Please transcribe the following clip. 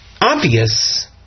obvious